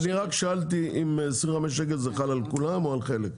אני רק שאלתי אם 25 שקל זה חל על כולם או על חלק.